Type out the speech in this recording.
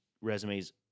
resumes